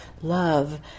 love